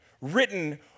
written